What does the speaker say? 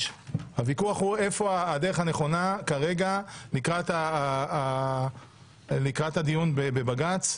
אלא איפה הדרך הנכונה כרגע לקראת הדיון בבג"ץ.